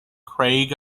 craig